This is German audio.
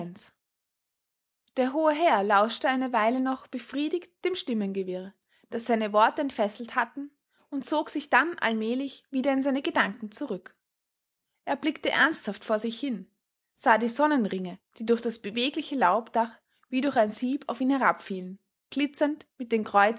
der hohe herr lauschte eine weile noch befriedigt dem stimmengewirr das seine worte entfesselt hatten und zog sich dann allmählich wieder in seine gedanken zurück er blickte ernsthaft vor sich hin sah die sonnenringe die durch das bewegliche laubdach wie durch ein sieb auf ihn herabfielen glitzernd mit den kreuzen